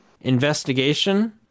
Investigation